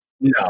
No